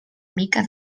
mica